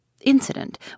Incident